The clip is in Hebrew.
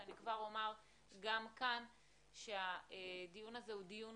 אני כבר אומר גם כאן שהדיון הזה הוא דיון